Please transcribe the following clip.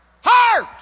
Heart